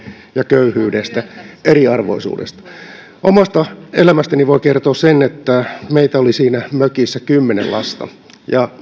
ja köyhyydestä eriarvoisuudesta omasta elämästäni voin kertoa sen että meitä oli siinä mökissä kymmenen lasta ja